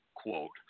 Quote